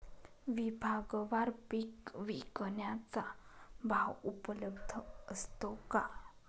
विभागवार पीक विकण्याचा भाव उपलब्ध असतो का?